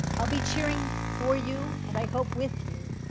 i'll be cheering for you, and i hope with you,